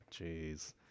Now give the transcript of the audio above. Jeez